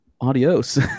adios